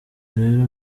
rero